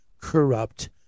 corrupt